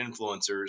influencers